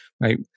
right